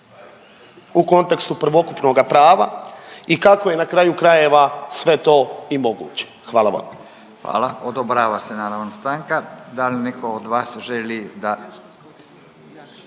u kontekstu prvokupnoga prava i kako je na kraju krajeva sve to i moguće. Hvala vam. **Radin, Furio (Nezavisni)** Hvala Odobrava se naravno stanka. Da li netko od vas želi da?